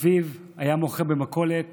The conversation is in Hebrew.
אביו היה מוכר במכולת